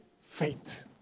faith